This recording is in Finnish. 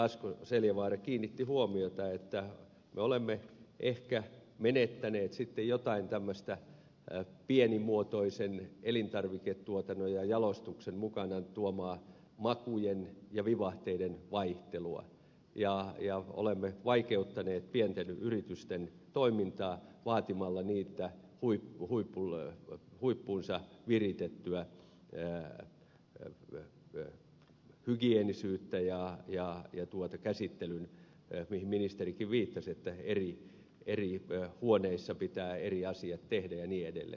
asko seljavaara kiinnitti huomiota että me olemme ehkä menettäneet sitten jotain tämmöistä pienimuotoisen elintarviketuotannon ja jalostuksen mukanaan tuomaa makujen ja vivahteiden vaihteluja ja olemme vaikeuttaneet pienten yritysten toimintaa vaatimalla niiltä huippuunsa viritettyä hygieenisyyttä ja sitä mihin ministerikin viittasi että eri huoneissa pitää eri asiat tehdä ja niin edelleen